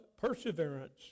perseverance